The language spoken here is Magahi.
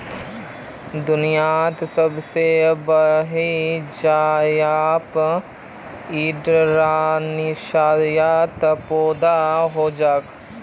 दुनियात सब स बेसी जायफल इंडोनेशियात पैदा हछेक